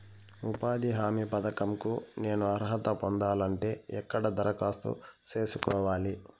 ఉపాధి హామీ పథకం కు నేను అర్హత పొందాలంటే ఎక్కడ దరఖాస్తు సేసుకోవాలి?